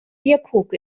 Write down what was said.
bierkrug